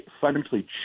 fundamentally